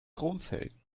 chromfelgen